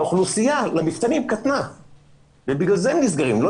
האוכלוסייה למפתנים קטנה ולכן הם נסגרים ולא